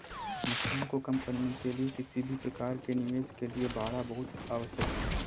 नुकसान को कम करने के लिए किसी भी प्रकार के निवेश के लिए बाड़ा बहुत आवश्यक हैं